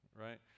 Right